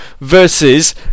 versus